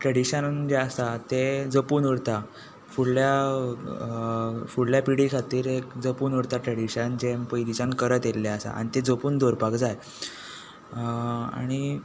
tradition जें आसा तें जपून उरता फुडल्या फुडले पिळगे खातीर एक जपून उरता ट्रॅडिशन आनी जें पयलींच्यान करत येल्लें आसता आनी तें जपून दवरपाक जाय आनी